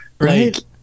Right